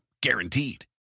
Guaranteed